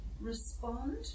respond